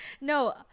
no